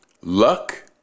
luck